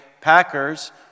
Packers